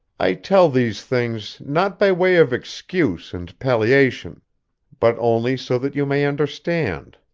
i tell these things, not by way of excuse and palliation but only so that you may understand.